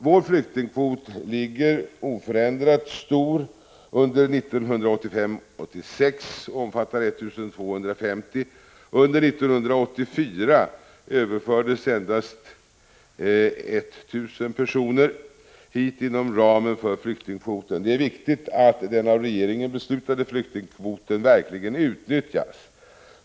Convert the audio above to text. Vår flyktingkvot ligger oförändrat stor under 1985/86 och omfattar 1 250 personer. Under 1984 överfördes endast 1 000 personer hit inom ramen för flyktingkvoten. Det är viktigt att den av regeringen beslutade flyktingkvoten verkligen utnyttjas.